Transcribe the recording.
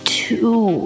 two